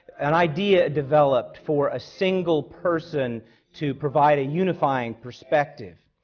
an idea developed for a single person to provide a unifying perspective.